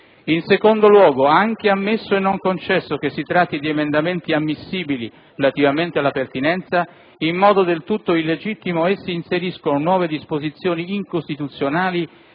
In secondo luogo, anche ammesso e non concesso che si tratti di emendamenti ammissibili relativamente alla pertinenza, in modo del tutto illegittimo essi inseriscono nuove disposizioni incostituzionali